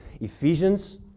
Ephesians